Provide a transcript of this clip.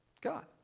God